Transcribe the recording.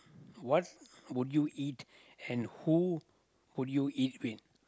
what would you eat and who would you eat with